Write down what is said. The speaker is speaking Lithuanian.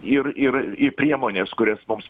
ir ir į priemonės kurias mums